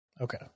Okay